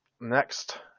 Next